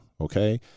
Okay